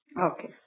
Okay